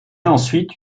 ensuite